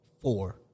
four